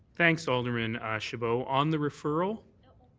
thanks, alderman chabot. on the referral